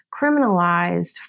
criminalized